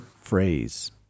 phrase